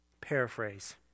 paraphrase